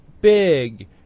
big